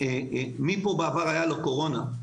למי הייתה קורונה בעבר,